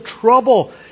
trouble